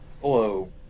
Hello